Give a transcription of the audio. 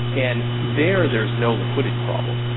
and there, there's no liquidity problem,